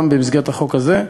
גם במסגרת החוק הזה,